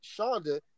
Shonda